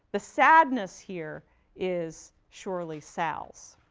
the sadness here is surely sal's.